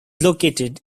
located